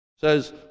says